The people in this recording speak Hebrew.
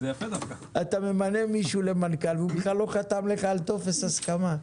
אתה ממנה מישהו למנכ"ל והוא בכלל לא חתם לך על טופס הסכמה.